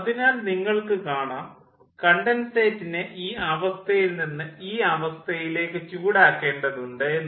അതിനാൽ നിങ്ങൾക്ക് കാണാം കണ്ടൻസേറ്റിനെ ഈ അവസ്ഥയിൽ നിന്ന് ഈ അവസ്ഥയിലേക്ക് ചൂടാക്കേണ്ടതുണ്ട് എന്ന്